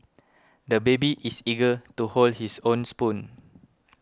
the baby is eager to hold his own spoon